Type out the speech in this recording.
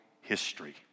history